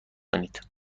کنید